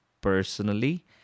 personally